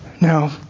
Now